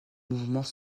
mouvements